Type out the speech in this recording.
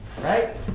right